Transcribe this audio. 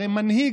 הרי המנהיג,